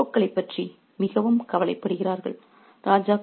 அவர்கள் தங்கள் ஈகோக்களைப் பற்றி மிகவும் கவலைப்படுகிறார்கள்